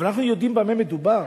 אבל אנחנו יודעים במה מדובר.